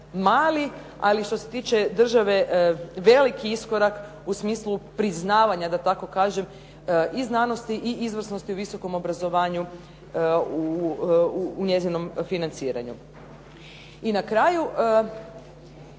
ali što se tiče države veliki iskorak u smislu priznavanja da tako kažem i znanosti i izvrsnosti u visokom obrazovanju u njezinom financiranju. I na kraju,